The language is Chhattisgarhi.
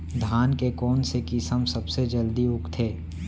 धान के कोन से किसम सबसे जलदी उगथे?